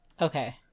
okay